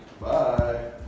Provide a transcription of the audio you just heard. Bye